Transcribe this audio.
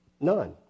None